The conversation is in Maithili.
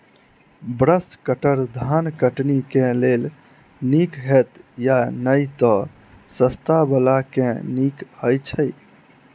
ब्रश कटर धान कटनी केँ लेल नीक हएत या नै तऽ सस्ता वला केँ नीक हय छै?